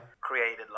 created